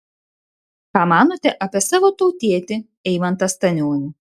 ką manote apie savo tautietį eimantą stanionį